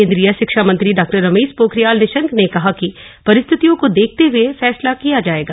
केंद्रीय शिक्षा मंत्री डॉ रमेश पोखरियाल निशंक ने कहा कि परिस्थितियों को देखते हुए फासला किया जाएगा